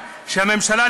שהממשלה,